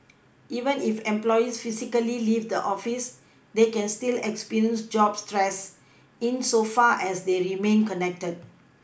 even if employees physically leave the office they can still experience job stress insofar as they remain connected